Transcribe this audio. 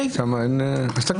זה מה